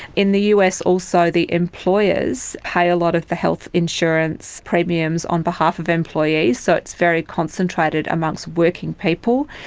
in the us also the employers pay a lot of the health insurance premiums on behalf of employees, so it's very concentrated amongst working people.